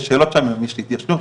יש שאלה אם זה התיישנות,